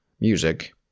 music